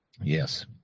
Yes